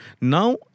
Now